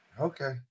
Okay